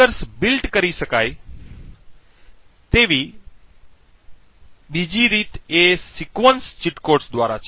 triggers built કરી શકાય તેવી બીજી રીત એ સિક્વન્સ ચીટ કોડ્સ દ્વારા છે